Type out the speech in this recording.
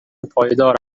پایدار